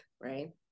right